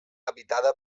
habitada